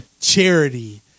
charity